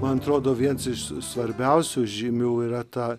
man atrodo viens iš svarbiausių žymių yra ta